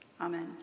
Amen